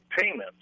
payments